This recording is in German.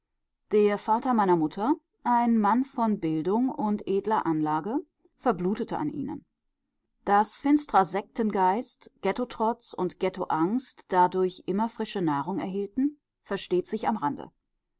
der vater meiner mutter ein mann von bildung und edler anlage verblutete an ihnen daß finsterer sektengeist ghettotrotz und ghettoangst dadurch immer frische nahrung erhielten versteht sich am rande